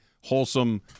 wholesome